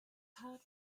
heart